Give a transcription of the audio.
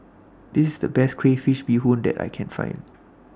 This IS The Best Crayfish Beehoon that I Can Find